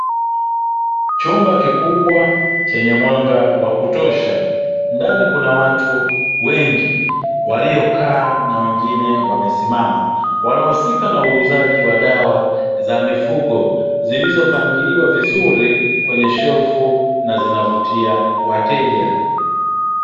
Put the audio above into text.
Chumba kikubwa chenye mwanga wa kutosha, ndani kuna watu wengi waliokaa na wengine wamesimama, wanahusika na uuzaji wa dawa za mifugo zilizopangiliwa vizuri kwenye shelfu na zinavutia wateja.